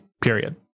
period